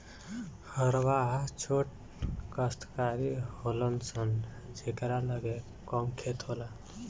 हरवाह छोट कास्तकार होलन सन जेकरा लगे कम खेत होला